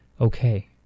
okay